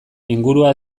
ingurua